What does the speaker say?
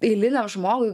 eiliniam žmogui